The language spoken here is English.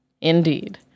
Indeed